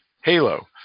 halo